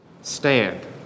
Stand